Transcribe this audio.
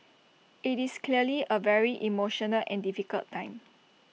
IT is clearly A very emotional and difficult time